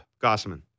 Gossman